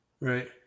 Right